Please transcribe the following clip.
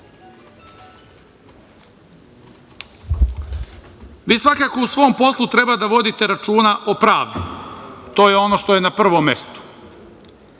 svakako u svom poslu treba da vodite računa o pravdi. To je ono što je na prvom mestu,